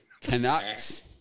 Canucks